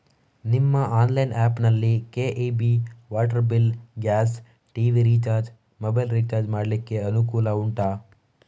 ನಿಮ್ಮ online app ನಲ್ಲಿ KEB, water bill, gas, TV recharge, mobile recharge ಮಾಡ್ಲಿಕ್ಕೆ ಅನುಕೂಲ ಉಂಟಾ